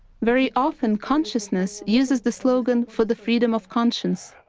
very often, consciousness uses the slogan for the freedom of conscience.